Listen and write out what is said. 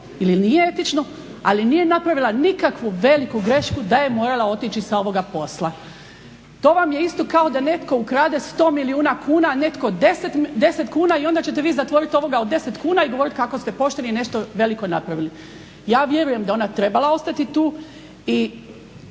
ili nije etično ali nije napravila nikakvu veliku grešku da je morala otići sa ovoga posla. To vam je isto kao da netko ukrade 100 milijuna kuna, a netko 10 kuna i onda ćete vi zatvoriti ovoga od 10 kuna i govoriti kako ste pošteni i nešto veliko napravili. Ja vjerujem da je ona trebala ostati tu i